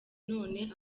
none